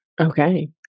okay